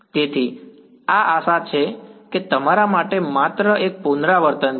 તેથી આ આશા છે કે તે તમારા માટે માત્ર એક પુનરાવર્તન છે